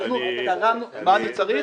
אנחנו קראנו --- אז מה אתה צריך?